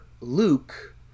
luke